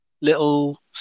little